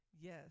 Yes